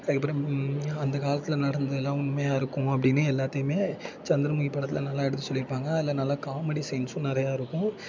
அதுக்கப்புறம் அந்த காலத்தில் நடந்ததுலாம் உண்மையாக இருக்கும் அப்படின்னு எல்லாத்தையுமே சந்திரமுகி படத்தில் நல்லா எடுத்து சொல்லியிருப்பாங்க அதில் நல்லா காமெடி சீன்ஸ்ஸும் நிறையா இருக்கும்